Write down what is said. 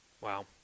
Wow